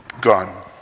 Gone